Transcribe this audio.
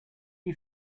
you